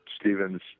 Stevens